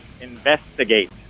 Investigate